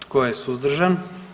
Tko je suzdržan?